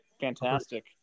Fantastic